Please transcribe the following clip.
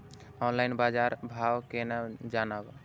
Online बाजार भाव केना जानब?